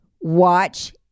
watch